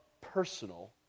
personal